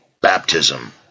baptism